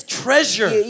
treasure